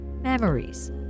memories